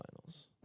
finals